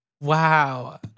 Wow